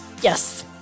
Yes